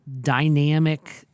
dynamic